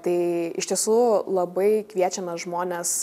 tai iš tiesų labai kviečiame žmones